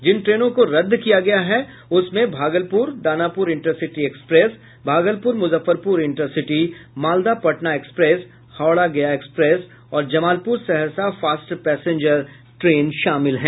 जिन ट्रेनों को रद्द किया गया है उसमें Bhagalpur Danapur intercity express Bhagalpur Muzaffarpur intercity Malda Patna express Howrah Gaya express और जमालपुर सहरसा फास्ट पैसेंजर ट्रेने शामिल हैं